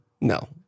No